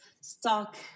stock